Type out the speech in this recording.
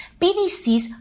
PDCs